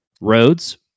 roads